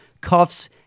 cuffs